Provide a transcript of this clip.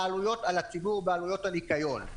העלויות על הציבור בעלויות הניקיון.